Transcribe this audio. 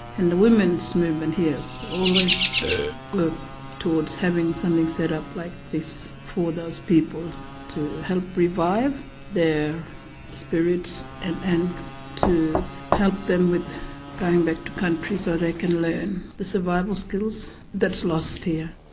and the women's movement here always work towards having something set up like this for those people to help revive their spirits and and to help them with going back to the country so they can learn the survival skills that's lost here.